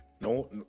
no